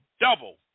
double